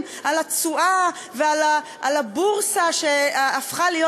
על התשואה ועל הבורסה שהפכה להיות,